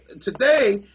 today